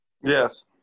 Yes